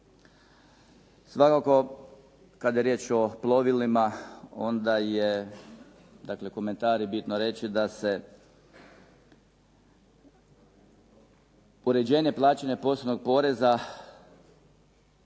Svakako kada je riječ o plovilima onda je dakle komentar je bitno reći da se uređenje plaćanja posebnog poreza,